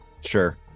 Sure